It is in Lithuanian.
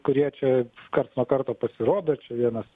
kurie čia karts nuo karto pasirodo čia vienas